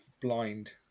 blind